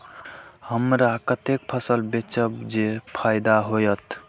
हमरा कते फसल बेचब जे फायदा होयत?